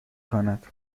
کند